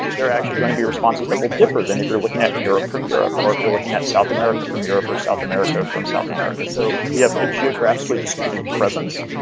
there are actually going to be responses that will differ than if you're looking at europe from europe, of if you're looking at south america from europe or south america from south america so we have a geographically distributed presence,